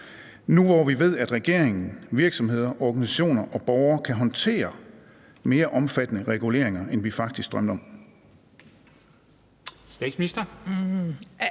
nu, hvor vi ved, at regeringen, virksomheder, organisationer og borgere kan håndtere mere omfattende reguleringer, end vi faktisk drømte om? Kl.